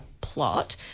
plot